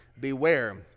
Beware